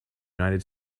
united